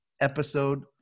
episode